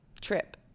trip